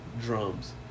drums